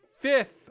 fifth